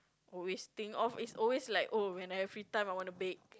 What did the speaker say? always think of it's always like oh when I have free time I want to bake